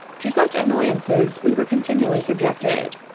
to such annoyances we were continually subjected.